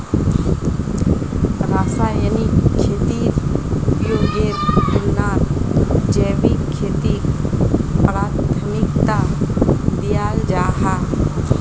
रासायनिक खेतीर उपयोगेर तुलनात जैविक खेतीक प्राथमिकता दियाल जाहा